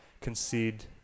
concede